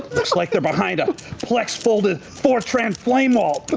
looks like they're behind a plex-folded, fortran flamewall! but